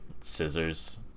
scissors